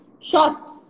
Shots